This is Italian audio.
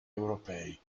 europei